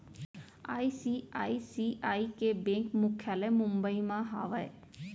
ICICI के bank मुख्यालय मुंबई म हावय